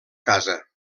casa